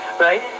right